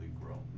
grown